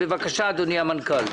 בבקשה אדוני המנכ"ל.